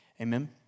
Amen